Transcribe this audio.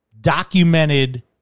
documented